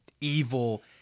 evil